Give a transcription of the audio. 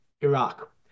Iraq